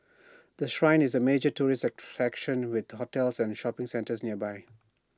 the Shrine is A major tourist attraction with hotels and shopping centres nearby